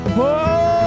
Whoa